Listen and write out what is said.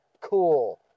Cool